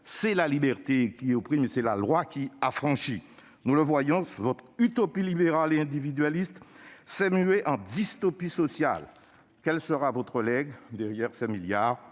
c'est la liberté qui opprime et c'est la loi qui affranchit. » Nous le voyons, votre utopie libérale et individualiste s'est muée en dystopie sociale. Quel sera donc votre legs ? Derrière ces milliards,